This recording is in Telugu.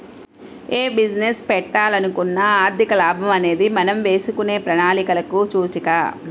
యే బిజినెస్ పెట్టాలనుకున్నా ఆర్థిక లాభం అనేది మనం వేసుకునే ప్రణాళికలకు సూచిక